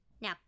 now